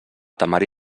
temari